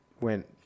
went